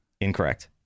Incorrect